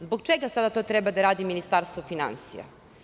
Zbog čega sada to treba da radi Ministarstvo finansija?